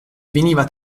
veniva